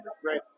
Great